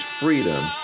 freedom